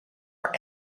are